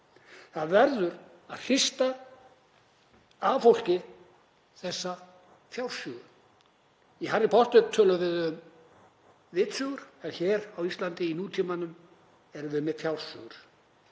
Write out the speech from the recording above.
Það verður að hrista af fólki þessar fjársugur. Í Harry Potter er talað um vitsugur en hér á Íslandi í nútímanum erum við með fjársugur